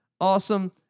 awesome